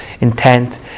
intent